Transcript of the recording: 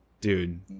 Dude